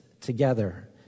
together